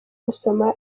gusoma